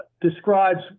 describes